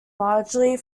largely